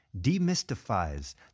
demystifies